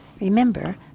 Remember